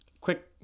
quick